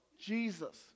Jesus